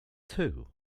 two